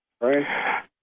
right